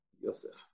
Yosef